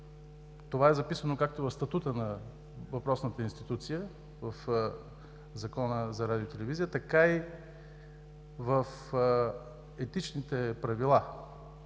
Това е записано както в статута на въпросната институция, в Закона за радио и телевизия, така и в етичните правила